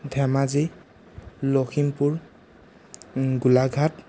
Dhemaji Lakhimpur Golaghat